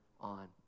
on